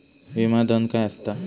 विमा धन काय असता?